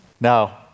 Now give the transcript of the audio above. Now